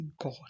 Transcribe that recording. God